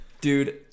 Dude